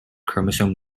chromosome